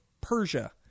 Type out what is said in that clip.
persia